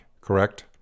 correct